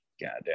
Goddamn